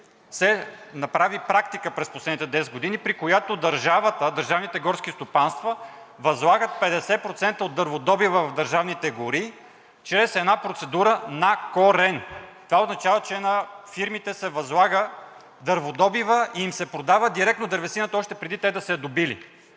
се направи практика през последните 10 години, при която държавата, държавните горски стопанства възлагат 50% от дърводобива в държавните гори чрез една процедура на корен. Това означава, че на фирмите се възлага дърводобивът и им се продава директно дървесината още преди те да са я добили,